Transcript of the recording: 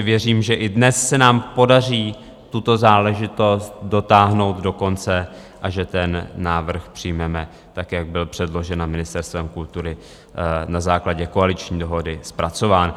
Věřím, že i dnes se nám podaří tuto záležitost dotáhnout do konce a že návrh přijmeme tak, jak byl předložen Ministerstvem kultury a na základě koaliční dohody zpracován.